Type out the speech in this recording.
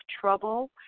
trouble